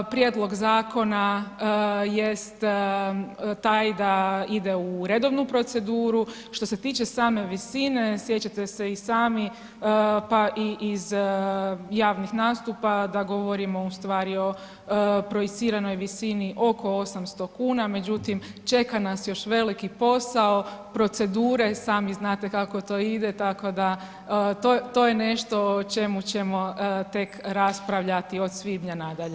Prijedlog zakona jest taj da ide u redovnu proceduru, što se tiče same visine, sjećate se i sami pa i iz javnih nastupa da govorimo ustvari o projiciranoj visini oko 800 kn međutim čeka nas još veliki posao, procedure, sami znate kako to ide, tako da to je nešto o čemu ćemo tek raspravljati od svibnja nadalje.